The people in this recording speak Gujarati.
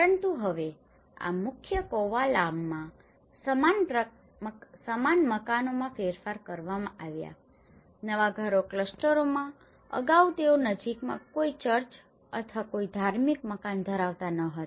પરંતુ હવે આ મુખ્ય કોવાલામમાં સમાન મકાનોમાં ફેરફાર કરવામાં આવ્યા છે નવા ઘરો ક્લસ્ટરોમાં અગાઉ તેઓ નજીકમાં કોઈ ચર્ચ અથવા કોઈ ધાર્મિક મકાન ધરાવતા ન હતા